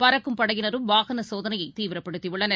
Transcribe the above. பறக்கும் படையினரும் வாகனசோதனையைதீவிரப்படுத்தியுள்ளனர்